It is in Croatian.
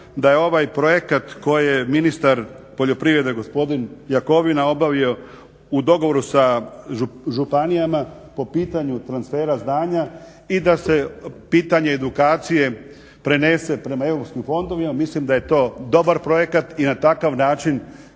da je ovaj projekat koje ministar poljoprivrede gospodin Jakovina obavio u dogovoru sa županijama po pitanju transfera znanja i da se pitanje edukacije prenese prema Europskim fondovima, mislim da je to dobar projekat i na takav način